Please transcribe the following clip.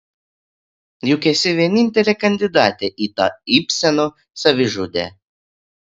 juk esi vienintelė kandidatė į tą ibseno savižudę